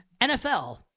NFL